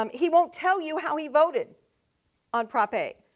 um he won't tell you how he voted on prop a.